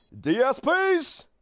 DSPs